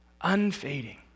unfading